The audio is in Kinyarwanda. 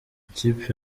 ikipe